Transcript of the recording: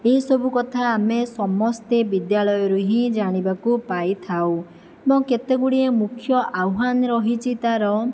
ଏହିସବୁ କଥା ଆମେ ସମସ୍ତେ ବିଦ୍ୟାଳୟରୁ ହିଁ ଜାଣିବାକୁ ପାଇଥାଉ ଏବଂ କେତେଗୁଡ଼ିଏ ମୁଖ୍ୟ ଆହ୍ଵାନ ରହିଛି ତା'ର